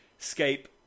escape